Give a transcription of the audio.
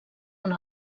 una